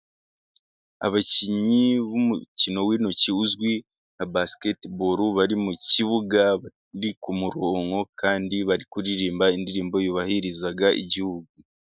Abakinnyi b'umukino w'intoki uzwi nka basiketiboro bari mu kibuga. Bari ku murongo kandi bari kuririmba indirimbo yubahiriza Igihugu.